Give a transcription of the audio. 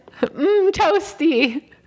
toasty